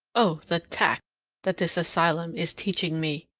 oh, the tact that this asylum is teaching me!